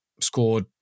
scored